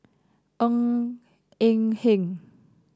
Ng Eng Hen